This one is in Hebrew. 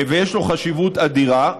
ויש לו חשיבות אדירה.